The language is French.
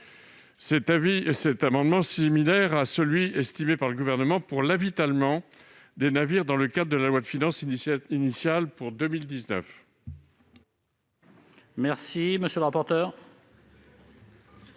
cet amendement est similaire à celui proposé par le Gouvernement pour l'avitaillement des navires, dans le cadre de la loi de finances initiale pour 2019.